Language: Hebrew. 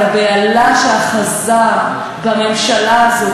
הבהלה שאחזה בממשלה הזאת,